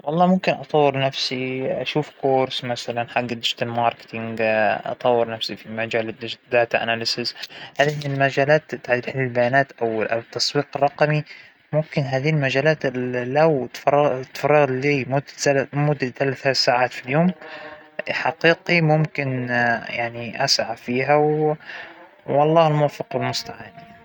أنا أفضل الجلوس على ال- الأريكة الكنباية، إنها مرة مريحة وما تأثر على ظهر الإنسان هكذا تحتوينى، لكن الأرض مرة صعبة، وال- وال- الكرسى بي- بيجبرك، إنك تفرد ضهرك وهكذا، بعتقد إن الأرائك الكنبايات مصنوعة خصيصاً للجلوس على الأشياء الناعمة منشان تريحك.